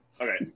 okay